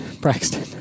Braxton